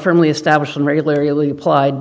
firmly established and regularly applied